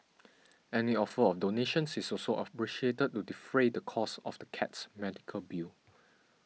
any offer of donations is also appreciated to defray the costs of the cat's medical bill